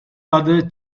other